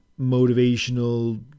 motivational